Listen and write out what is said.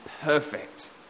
perfect